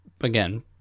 again